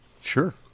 Sure